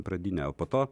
pradinę o po to